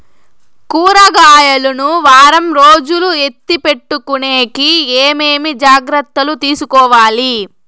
కూరగాయలు ను వారం రోజులు ఎత్తిపెట్టుకునేకి ఏమేమి జాగ్రత్తలు తీసుకొవాలి?